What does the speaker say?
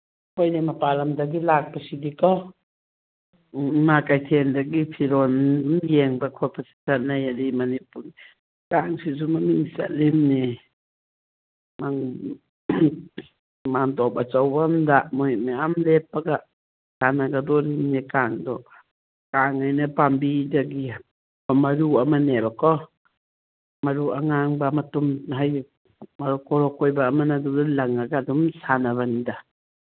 ꯍꯣꯏꯅꯦ ꯃꯄꯥꯜꯂꯝꯗꯒꯤ ꯂꯥꯛꯄꯁꯤꯗꯤꯀꯣ ꯎꯝ ꯏꯃꯥ ꯀꯩꯊꯦꯜꯗꯒꯤ ꯐꯤꯔꯣꯜ ꯑꯗꯨꯝ ꯌꯦꯡꯕ ꯈꯣꯠꯄꯁꯨ ꯆꯠꯅꯩ ꯑꯗꯩ ꯃꯅꯤꯄꯨꯔ ꯀꯥꯡꯁꯤꯁꯨ ꯃꯃꯤꯡ ꯆꯠꯂꯤꯝꯅꯤ ꯃꯥꯝꯗꯣꯞ ꯑꯆꯧꯕ ꯑꯃꯗ ꯃꯣꯏ ꯃꯌꯥꯝ ꯂꯦꯞꯄꯒ ꯁꯥꯟꯅꯒꯗꯣꯔꯤꯝꯅꯤ ꯀꯥꯡꯗꯣ ꯀꯥꯡꯁꯤꯅ ꯄꯥꯝꯕꯤꯗꯒꯤ ꯃꯔꯨ ꯑꯃꯅꯦꯕꯀꯣ ꯃꯔꯨ ꯑꯉꯥꯡꯕ ꯃꯇꯨꯝ ꯍꯥꯏꯗꯤ ꯀꯣꯔꯣ ꯀꯣꯏꯕ ꯑꯃꯅ ꯑꯗꯨꯗ ꯂꯪꯉꯒ ꯑꯗꯨꯝ ꯁꯥꯟꯅꯕꯅꯤꯗ